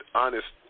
honest